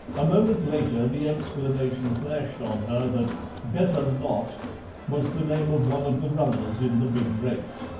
a moment later the explanation flashed on her that better not was the name of one of the runners in the big race.